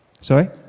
Sorry